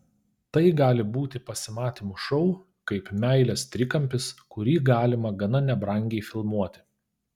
tai gali būti pasimatymų šou kaip meilės trikampis kurį galima gana nebrangiai filmuoti